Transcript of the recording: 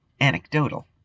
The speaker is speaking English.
anecdotal